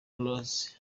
rose